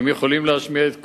הם יכולים להשמיע את קולם.